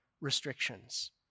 restrictions